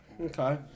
okay